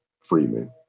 Freeman